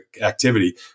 activity